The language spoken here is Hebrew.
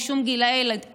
משום גיל הילדים.